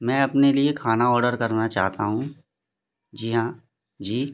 मैं अपने लिए खाना ऑर्डर करना चाहता हूँ जी हाँ जी